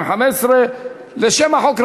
התשע"ה 2015. לשם החוק,